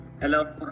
Hello